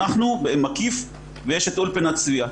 אנחנו, המקיף, ויש את אולפנת "צביה".